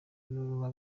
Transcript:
n’uruva